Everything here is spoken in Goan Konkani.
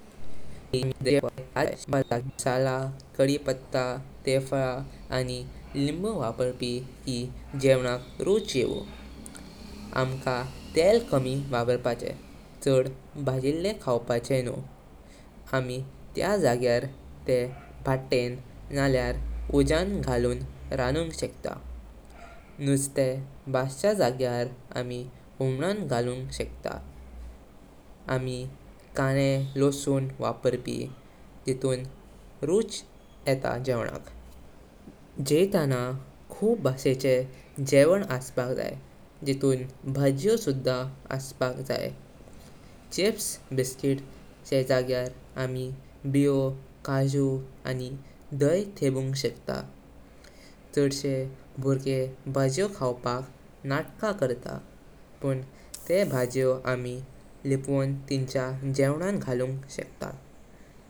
पहिली आमी जे किदें गेवंन कर्पाक वापर्ता ते तज्जे आसपाक जाई जाशे शीत, भाजियो, फळा। साकर चे जाग्यार आमी मोग वापर्पी। मसाला, कडी पत्ता, तेर्फारा आनी लिम्बू वापर्पी की गेवनक रुच येवू। आमका तेल कमी वापर्पाचे, चड बाजीले खावपाचेन्छू। आमी त्या जाग्यार तेह भट्टिन नाळ्यार उजां गालून रानुंग शकता। नुस्ते बाजचा जाग्यार आमी तीका उमनां गालून शकता। आमी काणे, लसून वापारपी जितून रुच येता गेवनक। गेयताना खुं प बशे चे गेवं आसपाक जाई, जितुन भाजियो सुद्धा आसपाक जाई। चिप्स, बिस्कीट चे जाग्यार आमी बियो, चाशू आनी धाई थेवुंग शकता। चड्से भुर्गें भाजियो खावपाक नाटका करता, पुं तें भाजियो आमी लिप्वोह तिन्चा गेवनां गालूं शकता।